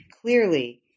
clearly